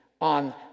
on